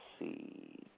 see